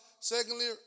Secondly